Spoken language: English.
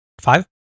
Five